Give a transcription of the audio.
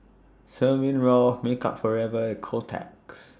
Smirnoff Makeup Forever and Kotex